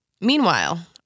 Meanwhile